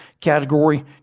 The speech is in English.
category